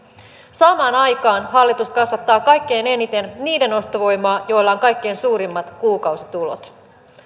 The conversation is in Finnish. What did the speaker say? samaan aikaan hallitus kasvattaa kaikkein eniten niiden ostovoimaa joilla on kaikkein suurimmat kuukausitulot